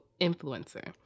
influencer